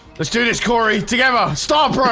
let's do this cory together stop